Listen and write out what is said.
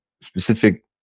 specific